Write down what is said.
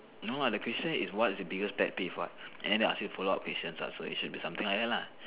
no lah the question is what is the biggest pet peeve what and then they ask you follow up questions ah so is something like that lah